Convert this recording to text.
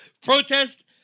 protest